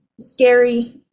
scary